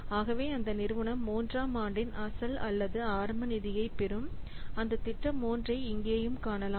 ஆகவே அந்த நிறுவனம் 3 ஆம் ஆண்டின் அசல் அல்லது ஆரம்ப நிதியைப் பெறும் அந்த திட்டம் 3 ஐ இங்கே காணலாம்